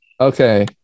Okay